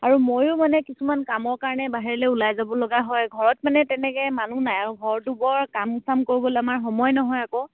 আৰু ময়ো মানে কিছুমান কামৰ কাৰণে বাহিৰলে ওলাই যাব লগা হয় ঘৰত মানে তেনেকে মানুহ নাই আৰু ঘৰটো বৰ কাম চাম কৰিবলে আমাৰ সময় নহয় আকৌ